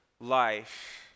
life